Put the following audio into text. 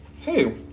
Hey